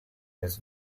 his